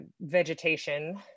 vegetation